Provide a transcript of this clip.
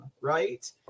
right